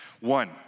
One